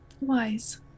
wise